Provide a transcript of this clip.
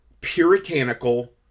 puritanical